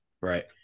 right